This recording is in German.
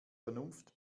vernunft